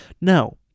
no